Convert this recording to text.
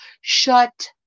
Shut